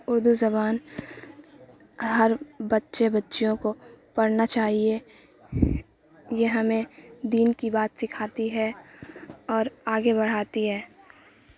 اردو زبان ہر بچے بچیوں کو پڑھنا چاہیے یہ ہمیں دین کی بات سکھاتی ہے اور آگے بڑھاتی ہے